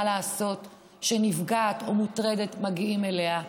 לעשות כשנפגעת או מוטרדת מגיעות אליה.